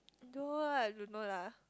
I don't know what I don't know lah